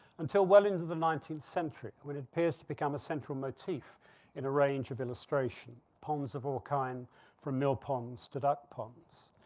until well into the nineteenth century, when it appears to become a central motif in a range of illustration. ponds of all kind from mill ponds to duck ponds.